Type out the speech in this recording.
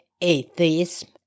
atheism